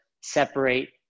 separate